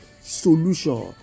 solution